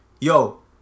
yo